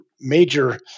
major